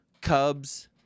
Cubs